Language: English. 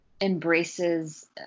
embraces